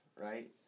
right